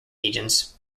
agents